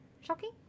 Shocking